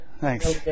thanks